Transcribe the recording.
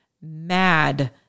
mad